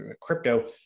crypto